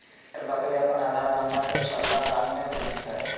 भेड़ बकरी अपन आधार नंबर के छल्ला कान में पिन्हतय